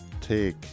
take